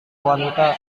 wanita